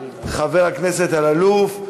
חבר הכנסת אלאלוף,